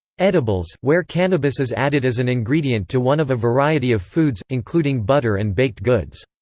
edibles, where cannabis is added as an ingredient to one of a variety of foods, including butter and baked goods.